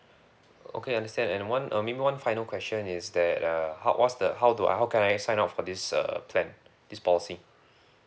okay understand and one uh maybe one final question is that uh how what's the how do I how can I sign up for this uh plan this policy